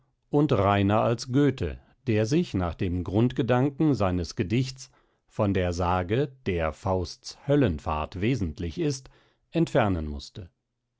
und reiner als goethe der sich nach dem grundgedanken seines gedichts von der sage der fausts höllenfahrt wesentlich ist entfernen muste